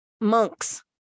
monks